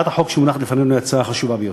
הצעת החוק שמונחת לפנינו היא הצעה חשובה ביותר.